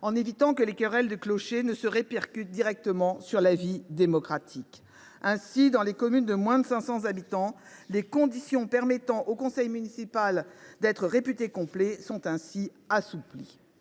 en évitant que les querelles de clocher ne se répercutent directement sur la vie démocratique. Ainsi, dans les communes de moins de 500 habitants, les conditions permettant au conseil municipal d’être réputé complet sont aussi assouplies.